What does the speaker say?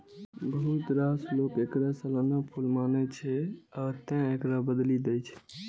बहुत रास लोक एकरा सालाना फूल मानै छै, आ तें एकरा बदलि दै छै